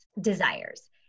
desires